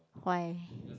why